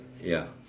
ya